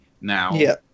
now